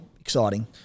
exciting